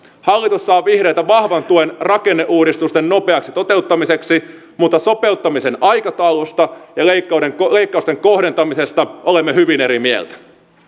hallitus saa vihreiltä vahvan tuen rakenneuudistusten nopeaksi toteuttamiseksi mutta sopeuttamisen aikataulusta ja leikkausten kohdentamisesta olemme hyvin eri mieltä